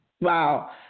Wow